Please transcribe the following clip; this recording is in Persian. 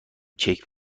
کیک